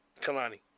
Kalani